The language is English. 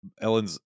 Ellen's